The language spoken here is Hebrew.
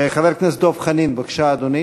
חבר הכנסת דב חנין, בבקשה, אדוני.